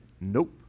nope